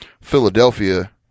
Philadelphia